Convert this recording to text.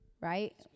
right